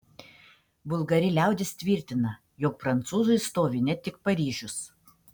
vulgari liaudis tvirtina jog prancūzui stovi ne tik paryžius